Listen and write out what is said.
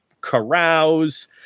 carouse